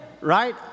right